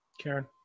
Karen